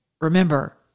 Remember